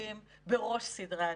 לשים בראש סדרי העדיפויות.